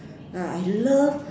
uh I love